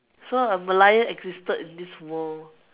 so a Merlion existed in this world